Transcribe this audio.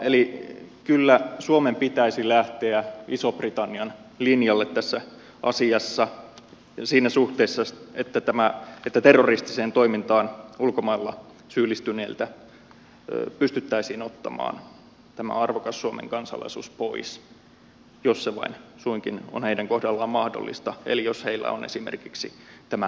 eli kyllä suomen pitäisi lähteä ison britannian linjalle tässä asiassa siinä suhteessa että terroristiseen toimintaan ulkomailla syyllistyneiltä pystyttäisiin ottamaan tämä arvokas suomen kansalaisuus pois jos se vain suinkin on heidän kohdallaan mahdollista eli jos heillä on esimerkiksi tämä kaksoiskansalaisuus